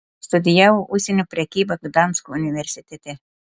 studijavo užsienio prekybą gdansko universitete